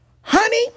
honey